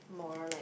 more like